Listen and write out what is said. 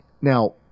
now